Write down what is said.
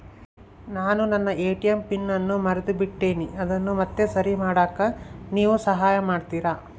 ನಾನು ನನ್ನ ATM PIN ಅನ್ನು ಮರೆತುಬಿಟ್ಟೇನಿ ಅದನ್ನು ಮತ್ತೆ ಸರಿ ಮಾಡಾಕ ನೇವು ಸಹಾಯ ಮಾಡ್ತಿರಾ?